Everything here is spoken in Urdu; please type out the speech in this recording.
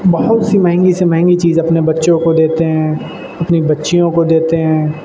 بہت سی مہنگی سے مہنگی چیز اپنے بچوں کو دیتے ہیں اپنی بچیوں کو دیتے ہیں